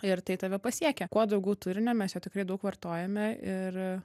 ir tai tave pasiekia kuo daugiau turinio mes jo tikrai daug vartojame ir